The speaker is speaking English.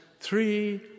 three